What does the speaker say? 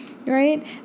Right